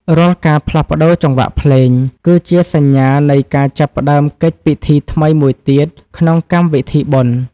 រាល់ការផ្លាស់ប្តូរចង្វាក់ភ្លេង គឺជាសញ្ញានៃការចាប់ផ្ដើមកិច្ចពិធីថ្មីមួយទៀតក្នុងកម្មវិធីបុណ្យ។